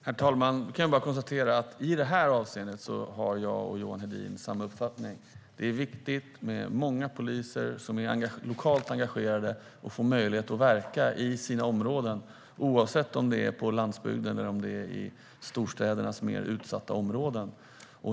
Herr talman! Jag kan bara konstatera att i detta avseende har Johan Hedin och jag samma uppfattning. Det är viktigt med många poliser, som är lokalt engagerade och som får möjlighet att verka i sina områden oavsett om det är på landsbygden eller om det är i storstädernas mer utsatta områden.